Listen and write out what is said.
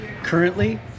Currently